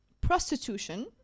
prostitution